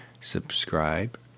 subscribe